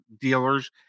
dealers